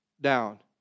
down